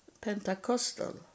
Pentecostal